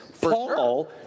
Paul